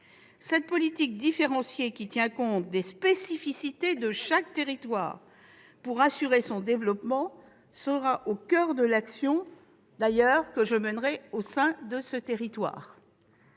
cette politique différenciée, qui tient compte des spécificités de chaque territoire pour assurer son développement, sera au coeur de l'action que je mènerai à la tête de mon ministère.